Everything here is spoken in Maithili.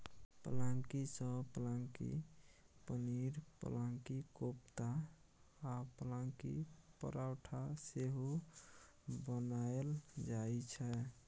पलांकी सँ पलांकी पनीर, पलांकी कोपता आ पलांकी परौठा सेहो बनाएल जाइ छै